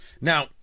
Now